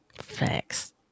Facts